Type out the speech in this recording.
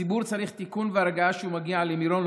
הציבור צריך תיקון והרגעה כשהוא מגיע למירון,